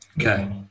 Okay